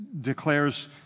declares